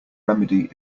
remedy